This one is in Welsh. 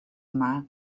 yma